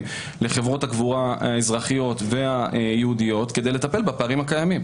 לחברות הקבורה האזרחיות והיהודיות כדי לטפל בפערים הקיימים.